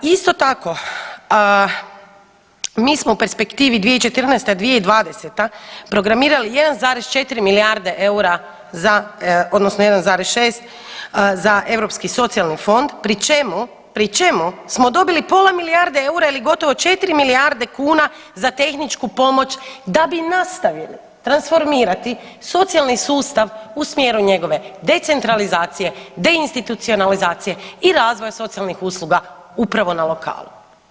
Isto tako mi smo u perspektivi 2014.-2020. programirali 1,4 milijarde eura za odnosno 1,6 za Europski socijalni fond pri čemu, pri čemu smo dobili pola milijarde eura ili gotovo 4 milijarde kuna za tehničku pomoć da bi nastavili transformirati socijalni sustav u smjeru njegove decentralizacije, deinstitucionalizacije i razvoja socijalnih usluga upravo na lokalu.